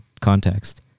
context